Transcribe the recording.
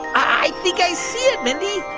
i think i see it, mindy